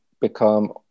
become